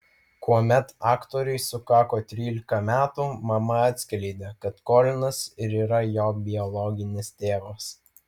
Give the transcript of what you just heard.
kuomet aktoriui sukako trylika metų mama atskleidė kad kolinas ir yra jo biologinis tėvas